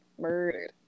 murdered